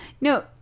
No